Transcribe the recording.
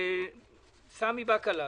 סמי בקלש,